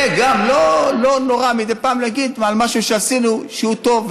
וגם לא נורא מדי פעם להגיד על משהו שעשינו שהוא טוב,